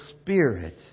Spirit